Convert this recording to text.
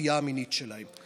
הנטייה המינית שלהם.